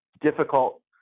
difficult